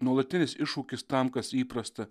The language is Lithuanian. nuolatinis iššūkis tam kas įprasta